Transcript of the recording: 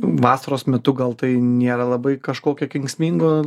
vasaros metu gal tai nėra labai kažkokio kenksmingo